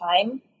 time